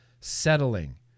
settling